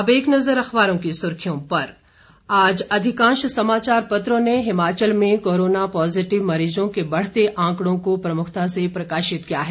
अब एक नजर अखबारों की सुर्खियों पर आज अधिकांश समाचार पत्रों ने हिमाचल में कोरोना पॉजिटिव मरीजों के बढ़ते आंकड़ों को प्रमुखता से प्रकाशित किया है